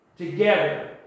together